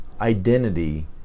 identity